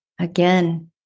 Again